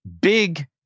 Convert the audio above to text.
big